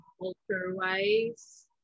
culture-wise